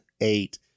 eight